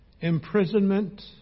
imprisonment